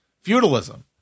feudalism